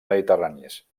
mediterranis